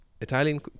Italian